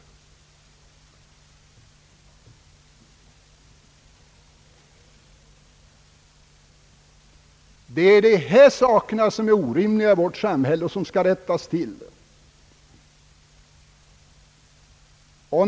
Det är dessa saker som är orimliga i vårt samhälle och som skall rättas till.